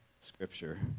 scripture